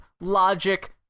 Logic